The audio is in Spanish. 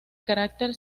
carácter